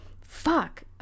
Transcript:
Fuck